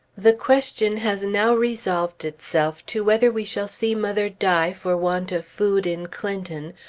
the question has now resolved itself to whether we shall see mother die for want of food in clinton,